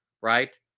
Right